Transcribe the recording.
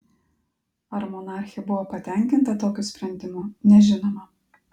ar monarchė buvo patenkinta tokiu sprendimu nežinoma